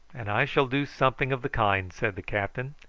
and i shall do something of the kind, said the captain.